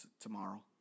tomorrow